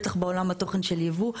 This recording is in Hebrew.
בטח בעולם התוכן של ייבוא.